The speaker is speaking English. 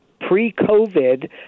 pre-COVID